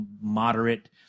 moderate